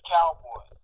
Cowboy